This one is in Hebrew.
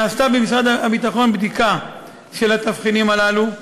נעשתה במשרד הביטחון בדיקה של התבחינים הללו,